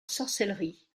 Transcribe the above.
sorcellerie